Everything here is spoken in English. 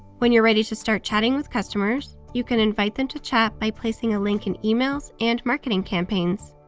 when you're ready to start chatting with customers, you can invite them to chat by placing a link in emails and marketing campaigns.